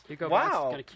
Wow